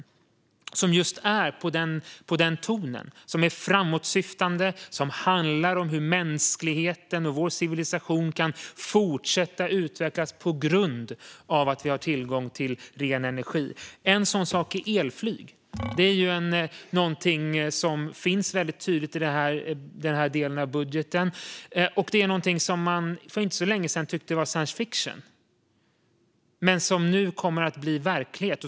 De har just den tonen, de är framåtsyftande och de handlar om hur mänskligheten och vår civilisation kan fortsätta att utvecklas tack vare att vi har tillgång till ren energi. En sådan sak är elflyg. Det är någonting som är tydligt i den här delen av budgeten. För inte så länge sedan tyckte man att det var science fiction, men nu kommer det att bli verklighet.